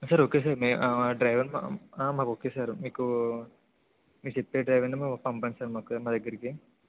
sir okay sir డ్రైవర్కి మాకు okay sir మీకు మీరు చెప్పే డ్రైవర్ని పంపండి సార్ మాకు మా దగ్గరకి